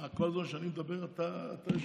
מה, כל זמן שאני מדבר אתה יושב?